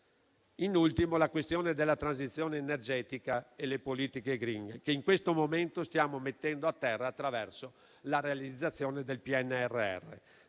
In ultimo, la questione della transizione energetica e delle politiche *green*, che in questo momento stiamo mettendo a terra attraverso la realizzazione del PNRR.